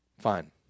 Fine